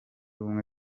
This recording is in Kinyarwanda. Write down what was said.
ubumwe